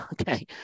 Okay